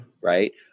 right